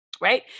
Right